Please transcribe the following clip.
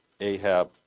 Ahab